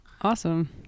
Awesome